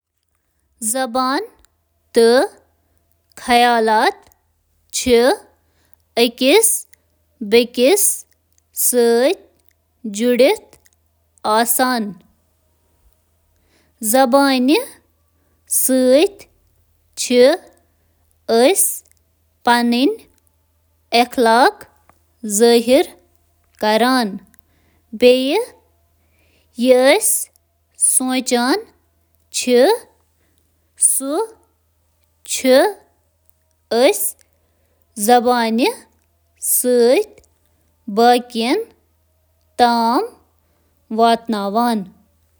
سوچُک تعین چُھ نہٕ زبان سۭتۍ گژھان۔ تاہم، زبان چِھ کُنہٕ نفرٕ سنٛد شعوری تہٕ لاشعوری خیالاتن خاطرٕ فریم ورک فراہم کران۔ اکھ شخص چُھ نہٕ زبانہٕ سۭتۍ پٲدٕ گژھان، مگر تم چِھ خیالات بناونچ صلٲحیت سۭتۍ پیدٕ گژھان۔